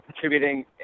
contributing